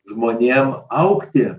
žmonėm augti